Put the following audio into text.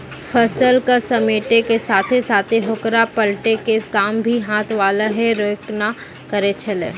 फसल क समेटै के साथॅ साथॅ होकरा पलटै के काम भी हाथ वाला हे रेक न करै छेलै